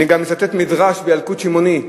אני גם אצטט מדרש מילקוט שמעוני,